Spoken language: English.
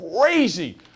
crazy